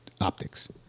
optics